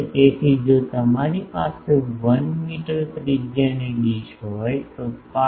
તેથી જો તમારી પાસે 1 મીટર ત્રિજ્યાની ડીશ હોય તો pi